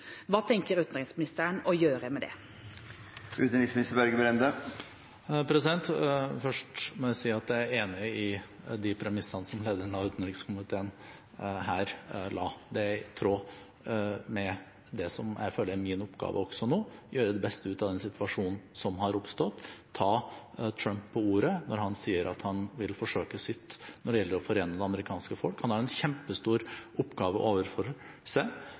Hva tenker utenriksministeren å gjøre med det? Først må jeg si at jeg er enig i de premissene som lederen av utenrikskomiteen her la. Det er i tråd med det som jeg føler er min oppgave også nå, å gjøre det beste ut av den situasjonen som har oppstått, ta Trump på ordet når han sier at han vil forsøke å gjøre sitt når det gjelder å forene det amerikanske folket. Han har en kjempestor oppgave foran seg,